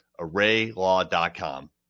ArrayLaw.com